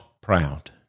proud